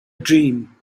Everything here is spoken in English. dream